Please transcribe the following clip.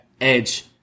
Edge